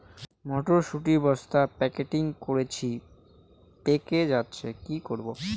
মটর শুটি বস্তা প্যাকেটিং করেছি পেকে যাচ্ছে কি করব?